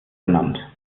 benannt